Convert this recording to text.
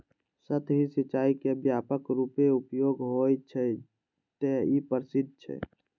सतही सिंचाइ के व्यापक रूपें उपयोग होइ छै, तें ई प्रसिद्ध छै